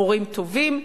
מורים טובים,